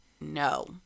No